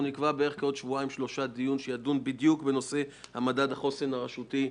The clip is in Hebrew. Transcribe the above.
אנחנו נקבע בעוד כשבועיים-שלושה דיון בנושא מדד חוסן רשותי.